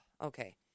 okay